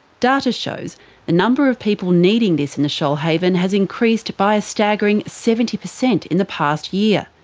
data shows the number of people needing this in the shoalhaven has increased by a staggering seventy percent in the past year.